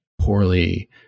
poorly